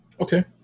Okay